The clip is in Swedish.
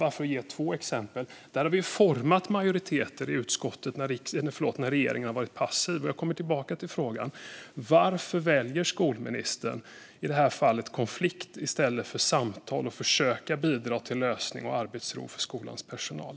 Det är bara två exempel där vi har format majoriteter i utskottet när regeringen har varit passiv. Jag kommer tillbaka till frågan: Varför väljer skolministern i det här fallet konflikt i stället för samtal och att försöka bidra till en lösning och arbetsro för skolans personal?